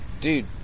dude